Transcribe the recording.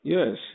Yes